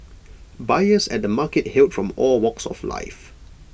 buyers at the markets hailed from all walks of life